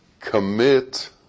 commit